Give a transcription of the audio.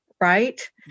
right